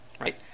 right